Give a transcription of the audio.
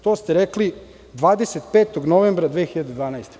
To ste rekli 25. novembra 2012. godine.